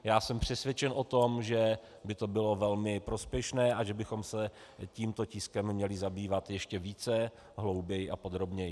Já jsem přesvědčen o tom, že by to bylo velmi prospěšné a že bychom se tímto tiskem měli zabývat ještě více, hlouběji a podrobněji.